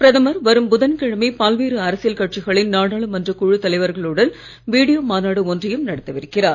பிரதமர் வரும் புதன்கிழமை பல்வேறு அரசியல் கட்சிகளின் நாடாளுமன்ற குழுத் தலைவர்களுடன் வீடியோ மாநாடு ஒன்றையும் நடத்தவிருக்கிறார்